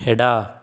ಎಡ